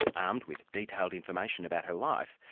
armed with detailed information about her life,